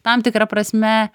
tam tikra prasme